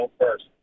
first